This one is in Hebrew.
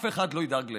אף אחד לא ידאג להן.